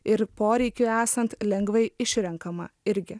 ir poreikiui esant lengvai išrenkama irgi